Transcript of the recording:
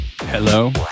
Hello